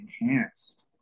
enhanced